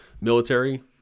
Military